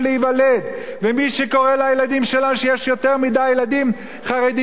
לילדים שלנו שיש יותר מדי ילדים חרדים בארץ וזו סכנה,